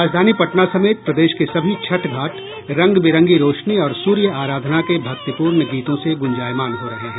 राजधानी पटना समेत प्रदेश के सभी छठ घाट रंग बिरंगी रौशनी और सूर्य आराधना के भक्तिपूर्ण गीतों से गुंजायमान हो रहे हैं